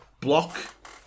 block